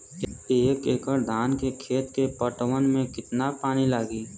एक एकड़ धान के खेत के पटवन मे कितना पानी लागि?